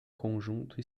conjunto